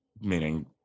Meaning